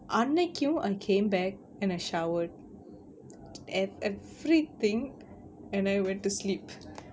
அன்னைக்கும்:annaikkum I came back and I showered eve~ everything and I went to sleep